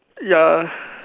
ya